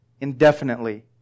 indefinitely